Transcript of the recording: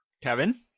kevin